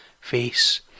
face